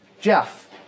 Jeff